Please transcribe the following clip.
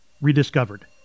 rediscovered